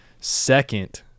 Second